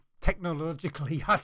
Technologically